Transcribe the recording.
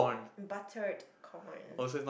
buttered corn